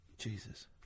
Jesus